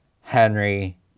Henry